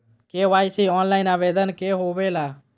KYC online आवेदन से होवे ला?